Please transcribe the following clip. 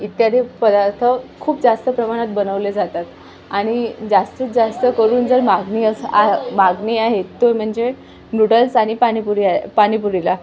इत्यादी पदार्थ खूप जास्त प्रमाणात बनवले जातात आणि जास्तीत जास्त करून जर मागणी असं मागणी आहेत तो म्हणजे नूडल्स आणि पाणीपुरी आहे पाणीपुरीला